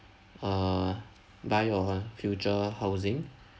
uh buy your uh future housing